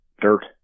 Dirt